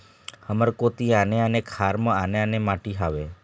हमर कोती आने आने खार म आने आने माटी हावे?